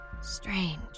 strange